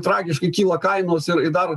tragiškai kyla kainos ir dar